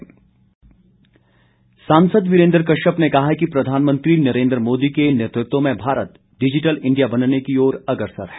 वीरेन्द्र कश्यप सांसद वीरेन्द्र कश्यप ने कहा है कि प्रधानमंत्री नरेन्द्र मोदी के नेतृत्व में भारत डिजिटल इंडिया बनने की ओर से अग्रसर है